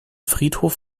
friedhof